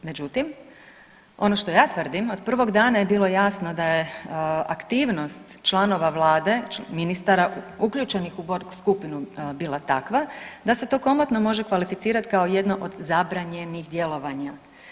Međutim, ono što ja tvrdim od prvog dana je bilo jasno da je aktivnost članova Vlade, ministara uključenih u Borg skupinu bila takva da se to komotno može kvalificirat kao jedno od zabranjenih djelovanja.